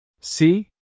See